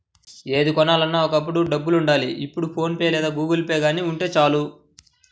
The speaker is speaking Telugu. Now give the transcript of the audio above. ఏది కొనాలన్నా ఒకప్పుడు డబ్బులుండాలి ఇప్పుడు ఫోన్ పే లేదా గుగుల్పే గానీ ఉంటే చాలు